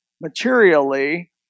materially